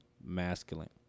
masculine